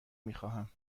میخواهتم